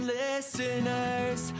listeners